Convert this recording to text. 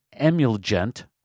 emulgent